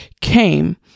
came